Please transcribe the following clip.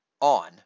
on